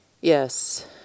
Yes